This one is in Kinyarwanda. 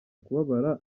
kubabara